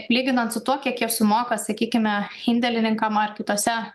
o lyginant su tuo kiek jie sumoka sakykime indėlininkam ar kitose